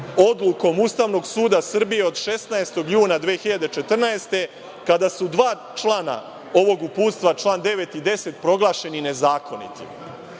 odlukom Ustavnog suda Srbije od 16. juna 2014. godine, kada su dva člana ovog uputstva, član 9. i 10. proglašeni nezakonitim. Dakle,